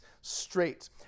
straight